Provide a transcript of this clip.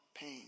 pain